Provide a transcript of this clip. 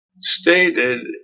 stated